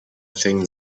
thing